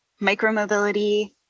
micromobility